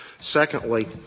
Secondly